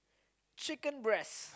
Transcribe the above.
chicken breast